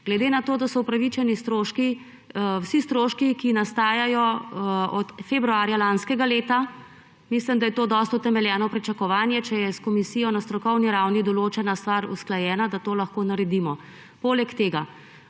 Glede na to, da so upravičeni stroški vsi stroški, ki nastajajo od februarja lanskega leta, mislim, da je to dosti utemeljeno pričakovanje, če je s komisijo na strokovni ravni določena stvar usklajena, da to lahko naredimo. Poleg tega